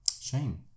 shame